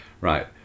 right